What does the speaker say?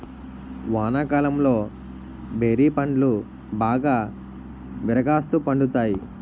వానాకాలంలో బేరి పండ్లు బాగా విరాగాస్తు పండుతాయి